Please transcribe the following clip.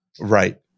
Right